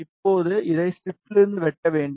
இப்போது இதை ஸ்ட்ரிப்பிலிருந்து வெட்ட வேண்டும்